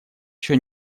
еще